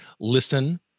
listen